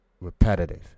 repetitive